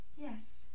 yes